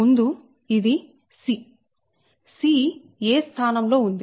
ముందు ఇది c 'c' 'a' స్థానంలో ఉంది